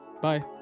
Bye